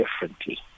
differently